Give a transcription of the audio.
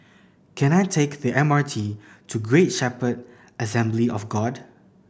can I take the M R T to Great Shepherd Assembly of God